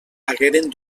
hagueren